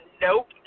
Nope